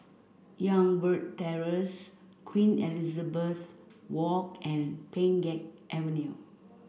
Youngberg Terrace Queen Elizabeth Walk and Pheng Geck Avenue